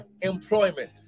employment